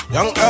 Young